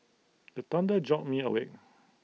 the thunder jolt me awake